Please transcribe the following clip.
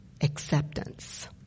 acceptance